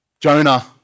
Jonah